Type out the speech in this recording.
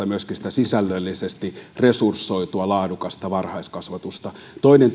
myöskin sitä sisällöllisesti resursoitua laadukasta varhaiskasvatusta toinen